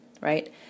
right